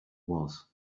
was